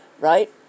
right